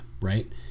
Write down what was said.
right